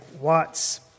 Watts